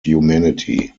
humanity